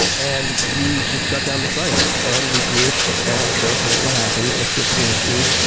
and we just shut down the site and regrouped and so, okay what happened? let's go to the history,